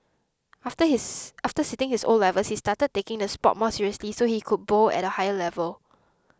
after his after sitting his O levels he started taking the sport more seriously so he could bowl at a higher level